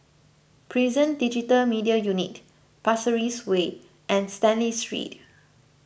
Prison Digital Media Unit Pasir Ris Way and Stanley Street